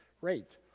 rate